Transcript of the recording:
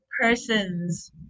persons